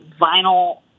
vinyl